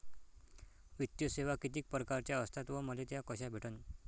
वित्तीय सेवा कितीक परकारच्या असतात व मले त्या कशा भेटन?